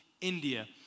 India